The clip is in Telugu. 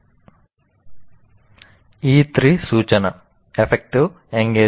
E3 సూచన ఎఫెక్టివ్